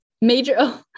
major